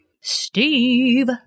Steve